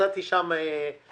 מצאתי שם מועצה